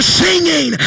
singing